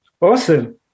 Awesome